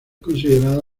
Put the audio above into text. considerada